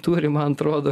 turi man atrodo